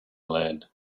lead